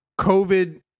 COVID